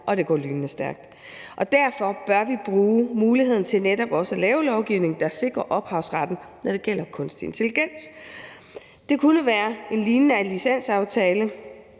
og det går lynende stærkt, og derfor bør vi netop også bruge muligheden til at lave lovgivning, der sikrer ophavsretten, når det gælder kunstig intelligens. Det kunne være en lignende aftalelicens